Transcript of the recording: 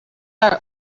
our